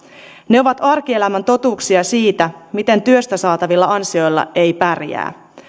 ne ovat arkielämän totuuksia siitä miten työstä saatavilla ansioilla ei pärjää